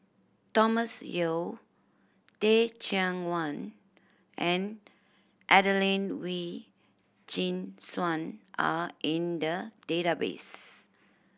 Thomas Yeo Teh Cheang Wan and Adelene Wee Chin Suan are in the database